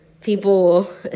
people